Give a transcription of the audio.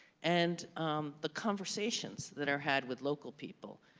and the conversations that are had with local people,